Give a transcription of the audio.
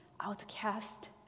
outcast